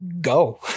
go